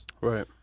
Right